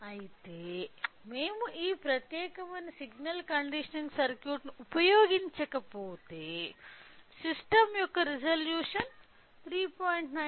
అయితే మేము ఈ ప్రత్యేకమైన సిగ్నల్ కండిషనింగ్ సర్క్యూట్ను ఉపయోగించకపోతే సిస్టమ్ యొక్క రిజల్యూషన్ 3